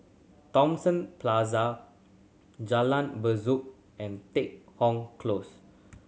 Thomson Plaza Jalan Besut and Deat Hong Close